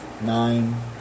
nine